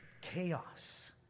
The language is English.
Chaos